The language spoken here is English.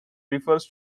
refers